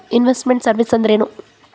Invest made services ಅಂದ್ರೇನು?